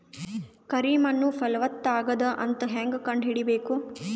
ಕರಿ ಮಣ್ಣು ಫಲವತ್ತಾಗದ ಅಂತ ಹೇಂಗ ಕಂಡುಹಿಡಿಬೇಕು?